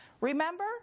Remember